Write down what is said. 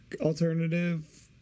alternative